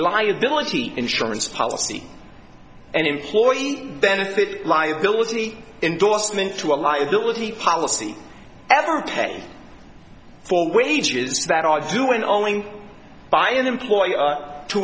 liability insurance policy and employee benefit liability indorsement to a liability policy ever paid for wages that are doing only by an employer to